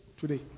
today